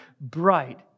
bright